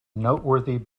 noteworthy